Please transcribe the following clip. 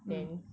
mm